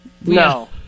No